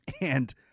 and-